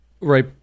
Right